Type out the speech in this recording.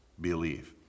believe